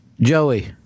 Joey